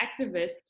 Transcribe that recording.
activists